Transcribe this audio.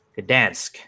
Gdansk